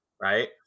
right